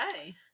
okay